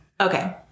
Okay